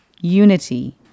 unity